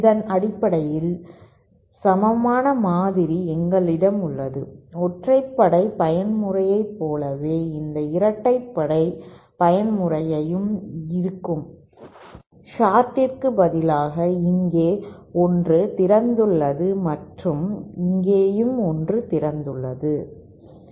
இதன் அடிப்படையில் சமமான மாதிரி எங்களிடம் உள்ளது ஒற்றைப்படை பயன்முறையைப் போலவே இந்த இரட்டைப்படை பயன்முறையும் இருக்கும் ஷார்டிற்கு பதிலாக இங்கே ஒன்று திறந்துள்ளது மற்றும் இங்கேயும் ஒன்று திறந்துள்ளது